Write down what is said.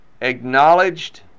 acknowledged